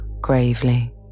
gravely